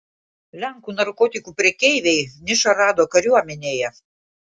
lenkų narkotikų prekeiviai nišą rado kariuomenėje